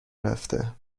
رفته